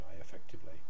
effectively